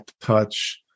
touch